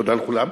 תודה לכולם.